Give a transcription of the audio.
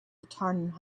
returning